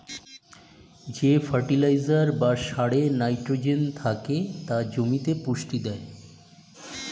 যেই ফার্টিলাইজার বা সারে নাইট্রোজেন থেকে তা জমিতে পুষ্টি দেয়